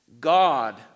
God